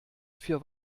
für